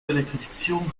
elektrifizierung